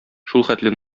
шулхәтле